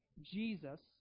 Jesus